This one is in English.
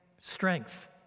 strengths